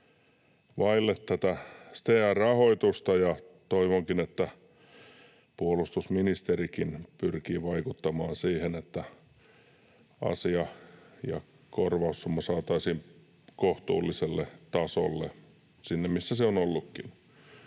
vaille tätä STEA-rahoitusta. Toivonkin, että puolustusministerikin pyrkii vaikuttamaan siihen, että asia ja korvaussumma saataisiin kohtuulliselle tasolle, sinne, missä se on ollutkin.